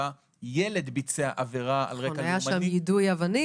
ילד מבצע עבירה על רקע לאומני --- היה שם יידוי אבנים,